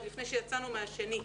עוד לפני שיצאנו מהסגר השני.